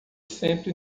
sempre